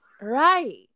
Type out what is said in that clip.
Right